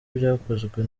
byakozwe